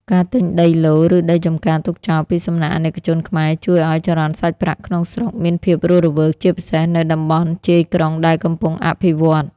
ការទិញដីឡូតិ៍ ឬដីចម្ការទុកចោលពីសំណាក់ អាណិកជនខ្មែរ ជួយឱ្យ "ចរន្តសាច់ប្រាក់ក្នុងស្រុក" មានភាពរស់រវើក ជាពិសេសនៅតំបន់ជាយក្រុងដែលកំពុងអភិវឌ្ឍ។